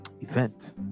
event